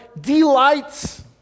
delights